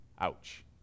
Ouch